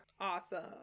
Awesome